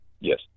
Yes